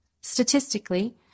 Statistically